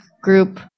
group